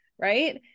right